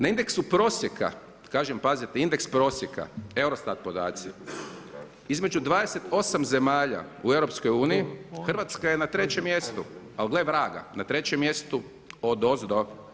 Na indeksu prosjeka, kažem pazite, indeks prosjeka EUROSTAT podaci, između 28 zemalja u EU Hrvatska je na 3 mjestu, ali gle vraga, na trećem mjestu odozdo.